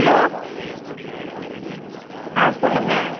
hello ஆ சொல்லுங்கள்